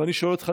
ואני שואל אותך,